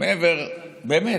100,000 איש, אדוני השר,